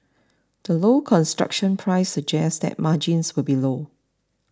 the low construction price suggests that margins will be low